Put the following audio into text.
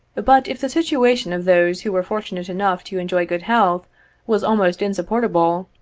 but, if the situation of those who were fortunate enough to enjoy good health was almost insupportable,